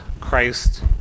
Christ